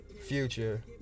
Future